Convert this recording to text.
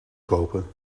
kopen